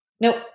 Nope